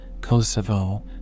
Kosovo